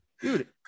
Dude